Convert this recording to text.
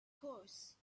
course